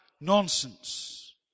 nonsense